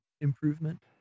improvement